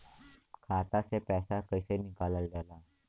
खाता से पैसा कइसे निकालल जाला?